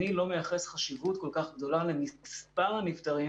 שאני לא מייחס חשיבות כל כך גדולה למספר הנפטרים.